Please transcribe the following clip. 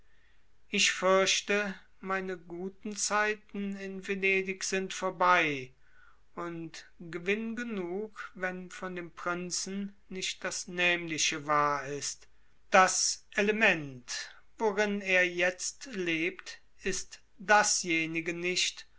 ich fürchte meine guten zeiten in venedig sind vorbei und gewinn genug wenn von dem prinzen nicht das nämliche wahr ist das element worin er jetzt lebt ist dasjenige nicht